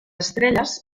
estrelles